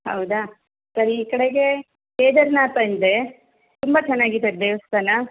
ಹೌದಾ ಸರಿ ಈ ಕಡೆಗೆ ಕೇದಾರ್ನಾಥ ಇದೆ ತುಂಬ ಚೆನ್ನಾಗಿದೆ ದೇವಸ್ಥಾನ